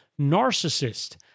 narcissist